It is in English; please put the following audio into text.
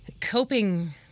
coping